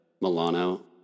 Milano